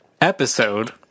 episode